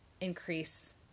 increase